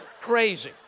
crazy